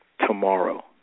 Tomorrow